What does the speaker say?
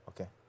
Okay